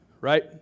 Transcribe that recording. right